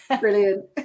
Brilliant